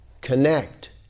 connect